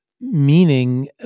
meaning